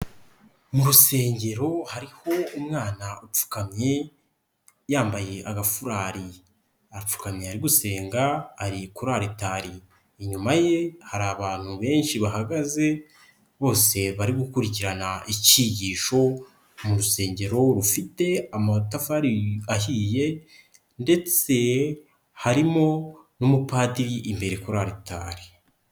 Mu rusengero hariho umwana upfukamye yambaye agafurari, apfukamye ari gusenga ari kuri aritari. Inyuma ye hari abantu benshi bahagaze bose bari gukurikirana icyigisho mu rusengero rufite amatafari ahiye ndetse harimo n'umupadiri imbere kuri aritari.